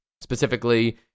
specifically